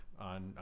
on